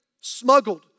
smuggled